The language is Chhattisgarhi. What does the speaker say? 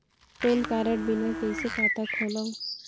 पैन कारड बिना कइसे खाता खोलव?